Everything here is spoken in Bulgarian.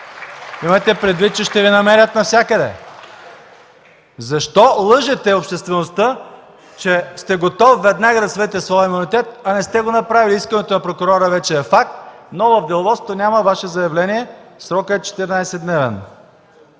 Имайте предвид, че ще Ви намерят навсякъде. Защо лъжете обществеността, че сте готов веднага да свалите своя имунитет, а не сте го направили? Искането на прокурора вече е факт, но в Деловодството няма Ваше заявление. Срокът е 14-дневен.